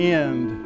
end